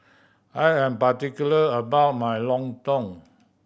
I am particular about my lontong